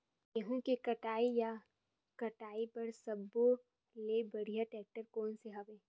गेहूं के कटाई या कटाई बर सब्बो ले बढ़िया टेक्टर कोन सा हवय?